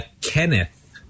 Kenneth